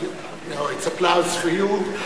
No, it is applause for you.